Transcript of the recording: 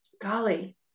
Golly